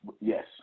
Yes